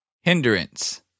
Hindrance